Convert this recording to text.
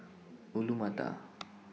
Alu Matar